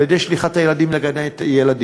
על-ידי שליחת הילדים לגני-הילדים,